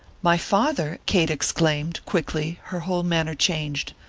my father! kate exclaimed, quickly, her whole manner changed.